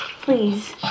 Please